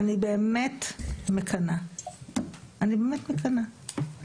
אני באמת מקנאה, אני באמת מקנאה,